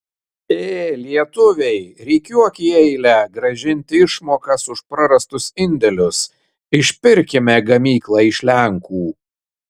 ė lietuviai rikiuok į eilę grąžinti išmokas už prarastus indėlius išpirkime gamyklą iš lenkų